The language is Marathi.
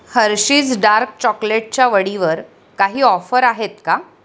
हर्षीज डार्क चॉकलेटच्या वडीवर काही ऑफर आहेत का